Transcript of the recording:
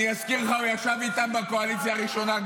אני יודע מה אני אומר.